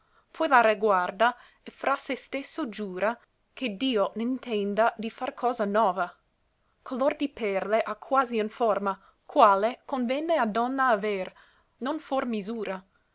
la reguarda e fra se stesso giura che dio ne ntenda di far cosa nova color di perle ha quasi in forma quale convene a donna aver non for misura